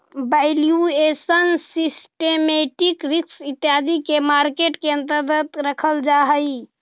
valuation, systematic risk इत्यादि के market के अंतर्गत रखल जा हई